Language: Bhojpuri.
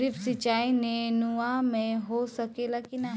ड्रिप सिंचाई नेनुआ में हो सकेला की नाही?